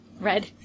Red